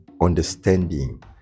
understanding